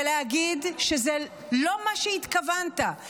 ולהגיד שזה לא מה שהתכוונת,